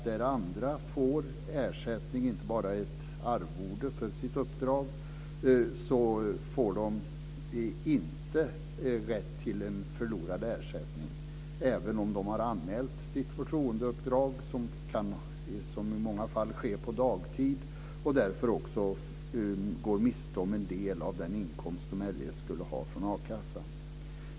Där andra får ersättning, och inte bara ett arvode för sitt uppdrag, får de inte rätt till detta även om de har anmält sitt förtroendeuppdrag, som i många fall sker på dagtid. De går alltså miste om en del av den inkomst som de eljest skulle ha fått från a-kassan.